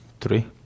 Three